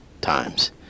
times